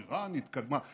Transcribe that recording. איראן התקדמה.